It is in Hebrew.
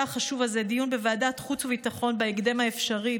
החשוב הזה בוועדת חוץ וביטחון בהקדם האפשרי.